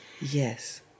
yes